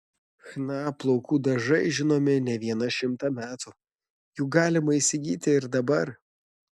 chna plaukų dažai žinomi ne vieną šimtą metų jų galima įsigyti ir dabar